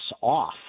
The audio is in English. off